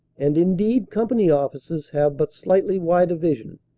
and, indeed, company officers have but slightly wider vision,